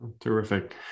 Terrific